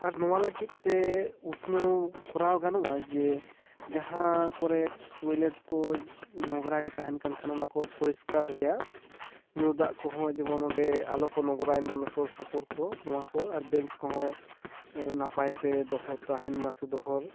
ᱟᱨ ᱱᱚᱣᱟ ᱞᱟᱹᱜᱤᱫ ᱛᱮ ᱩᱛᱱᱟᱹᱣ ᱠᱚᱨᱟᱣ ᱜᱟᱱᱚᱜᱼᱟ ᱡᱮ ᱡᱟᱦᱟᱸ ᱠᱚᱨᱮᱫ ᱴᱚᱭᱞᱮᱴ ᱠᱚ ᱱᱚᱝᱨᱟ ᱜᱮ ᱛᱟᱦᱮᱱ ᱠᱟᱱ ᱠᱷᱟᱱ ᱚᱱᱟ ᱠᱚ ᱯᱚᱨᱤᱥᱠᱟᱨ ᱨᱮᱭᱟᱜ ᱧᱩ ᱫᱟᱜ ᱠᱚᱦᱚᱸ ᱡᱮᱢᱚᱱ ᱚᱸᱰᱮ ᱟᱞᱚ ᱠᱚ ᱱᱚᱝᱨᱟᱭ ᱢᱟ ᱚᱱᱟ ᱥᱩᱨ ᱥᱩᱯᱩᱨ ᱠᱚ ᱱᱚᱣᱟ ᱠᱚ ᱟᱨ ᱵᱮᱧᱡᱽ ᱠᱚᱦᱚᱸ ᱮᱫ ᱱᱟᱯᱟᱭ ᱛᱮ ᱫᱚᱦᱚ ᱛᱟᱦᱮᱱ ᱢᱟ ᱥᱮ ᱫᱚᱦᱚ